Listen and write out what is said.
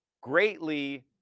greatly